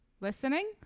listening